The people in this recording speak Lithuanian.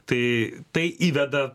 tai tai įveda